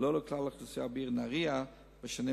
ולא לכלל האוכלוסייה בעיר נהרייה בשנים